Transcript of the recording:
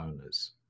owners